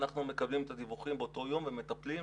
אנחנו מקבלים את הדיווחים באותו יום ומטפלים,